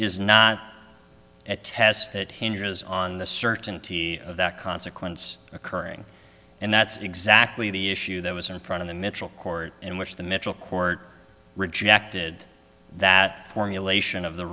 is not at test it hinges on the certainty of that consequence occurring and that's exactly the issue that was in front of the mitchell court in which the mitchell court rejected that formulation of the